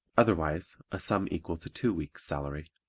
otherwise a sum equal to two weeks' salary.